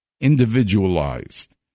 individualized